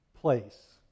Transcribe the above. place